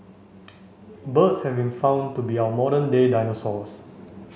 birds have been found to be our modern day dinosaurs